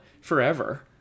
forever